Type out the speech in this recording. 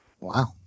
Wow